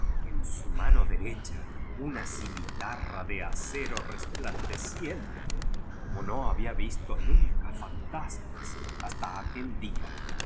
en su mano derecha una cimitarra de acero resplandeciente como no había visto nunca fantasmas hasta aquel día